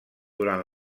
durant